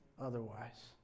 otherwise